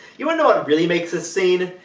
you and know what really makes this scene?